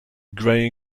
grey